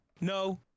No